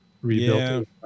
rebuilt